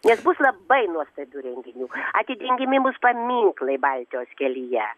nes bus labai nuostabių renginių atidengiami bus paminklai baltijos kelyje